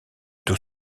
tout